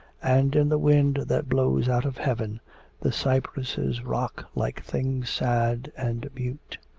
and in the wind that blows out of heaven the cypresses rock like things sad and mute.